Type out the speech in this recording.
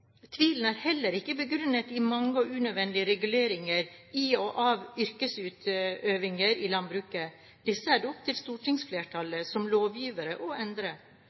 Tvilen er heller ikke begrunnet i mange og unødvendige reguleringer i og av yrkesutøvingen i landbruket. Disse er det opp til stortingsflertallet som lovgiver å endre.